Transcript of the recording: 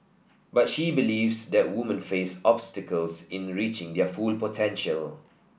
but she believes that woman face obstacles in reaching their full potential